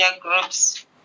groups